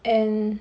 and